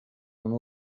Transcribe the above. una